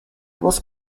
was